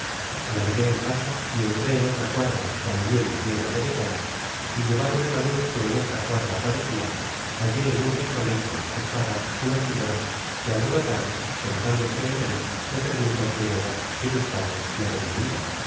aderezada alargué el paso y entré en otra cuadra tambien bien aderezada y llevado de la luz que en otra cuadra parecia hallé en un rico lecho echada una señora que alborotada sentándose en él me preguntó quién era qué buscaba y á dónde iba